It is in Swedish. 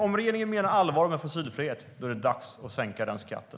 Om regeringen menar allvar med fossilfrihet är det dags att sänka den skatten.